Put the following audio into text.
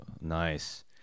Nice